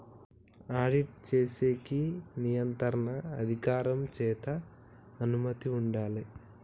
audit చేసేకి నియంత్రణ అధికారం చేత అనుమతి ఉండాలే